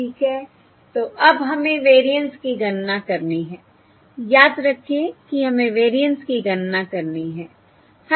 तो अब हमें वेरिएंस की गणना करनी है याद रखें कि हमें वेरिएंस की गणना करनी है